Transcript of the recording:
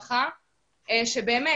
שבאמת,